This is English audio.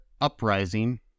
uprising